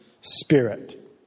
spirit